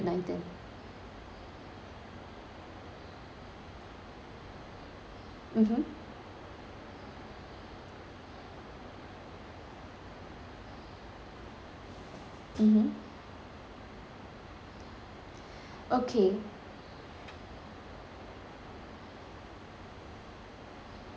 mmhmm mmhmm okay